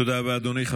תודה רבה, אדוני.